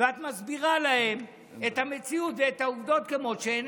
ואת מסבירה להם את המציאות ואת העובדות כמות שהן,